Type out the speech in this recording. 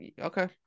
Okay